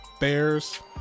Bears